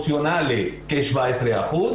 מוסדות ההשכלה הגבוהה בישראל הם 68,